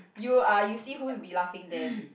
you ah you see who's be laughing then